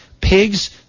pigs